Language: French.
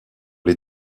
les